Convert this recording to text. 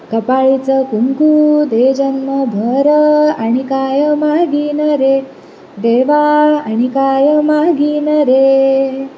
कपाळचो कुंकुम दे जन्म भर आनीक काय मागीन रे देवा आनीक काय मागीन रे